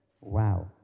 Wow